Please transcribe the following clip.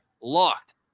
locked